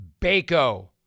Baco